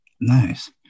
nice